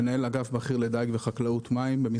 אני מנהל אגף בכיר לדיג וחקלאות מים במשרד החקלאות.